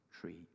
tree